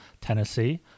Tennessee